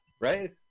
right